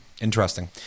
interesting